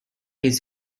his